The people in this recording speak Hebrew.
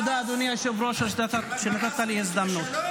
תודה, אדוני היושב-ראש, שנתת לי הזדמנות.